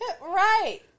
Right